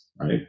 Right